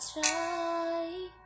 try